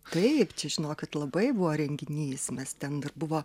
taip čia žinokit labai buvo renginys mes ten dar buvo